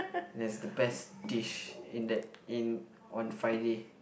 that's the best dish in that in on Friday